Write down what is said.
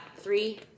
three